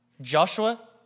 Joshua